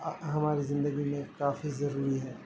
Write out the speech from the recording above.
ہماری زندگی میں کافی ضروری ہے